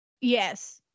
Yes